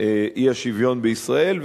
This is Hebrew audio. אי-השוויון בישראל.